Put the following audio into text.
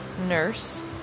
Nurse